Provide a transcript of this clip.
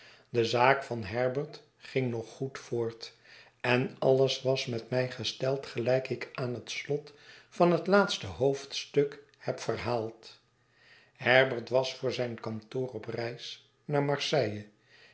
de zaak van herbert ging nog goed voort en alles was met mij gesteld gelijk ik aan het slot van het laatste hoofdstuk heb verhaald herbert was voor zijn kantoor op reis naar marseille